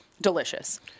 delicious